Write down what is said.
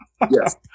Yes